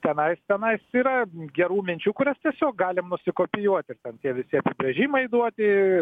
tenais tenais yra gerų minčių kurias tiesiog galim nusikopijuoti ten tie visi apibrėžimai duoti